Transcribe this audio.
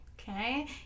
okay